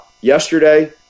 yesterday